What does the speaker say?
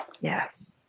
Yes